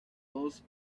these